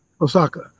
Osaka